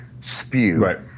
spew